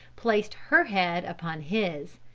placed her head upon his.